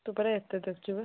ତୁ ପରା ଏତେ ଦେଖୁଛୁ ବେ